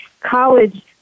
college